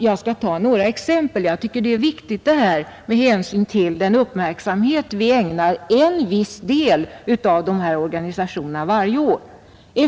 Jag skall ta några exempel — det är viktigt med hänsyn till den uppmärksamhet man ägnar en viss del av dessa organisationer varje år.